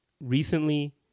recently